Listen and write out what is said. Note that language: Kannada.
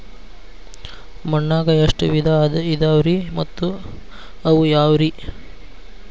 ಮಣ್ಣಾಗ ಎಷ್ಟ ವಿಧ ಇದಾವ್ರಿ ಮತ್ತ ಅವು ಯಾವ್ರೇ?